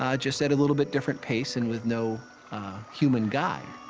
um just at a little bit different pace and with no human guide.